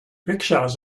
rickshaws